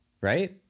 right